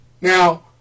Now